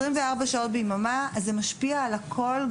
24 שעות ביממה, זה משפיע על הכל.